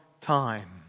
time